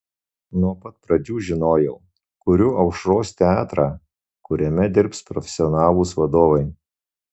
nuo pat pradžių žinojau kuriu aušros teatrą kuriame dirbs profesionalūs vadovai